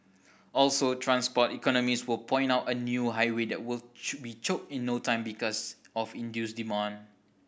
also transport economists will point out a new highway there will should be choked in no time because of induced demand